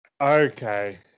Okay